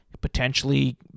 potentially